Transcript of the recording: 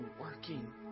working